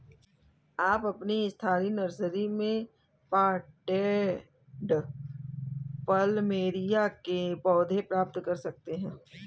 आप अपनी स्थानीय नर्सरी में पॉटेड प्लमेरिया के पौधे प्राप्त कर सकते है